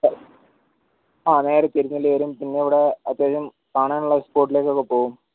ആ നേരെ തിരുനെല്ലി വരും പിന്നെ ഇവിടെ അത്യാവശ്യം കാണാനുള്ള സ്പോട്ടിലേക്കൊക്കെ പോകും